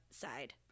side